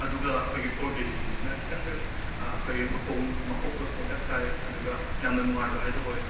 ꯑꯗꯨꯒ ꯑꯩꯈꯣꯏꯒꯤ ꯐꯣꯔ ꯀꯦꯖꯤꯁꯤꯅ ꯈꯤꯇꯪꯗꯪ ꯑꯩꯈꯣꯏꯒꯤ ꯃꯈꯪꯡ ꯃꯈꯣꯛꯇꯣ ꯇꯦꯟꯇꯛ ꯇꯥꯏ ꯑꯗꯨꯒ ꯌꯥꯝꯅ ꯅꯨꯡꯡꯥꯏꯕ ꯍꯥꯏꯗꯣ ꯑꯣꯏ